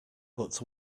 but